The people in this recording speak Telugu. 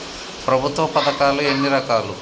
ప్రభుత్వ పథకాలు ఎన్ని రకాలు?